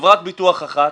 בחברת ביטוח אחת,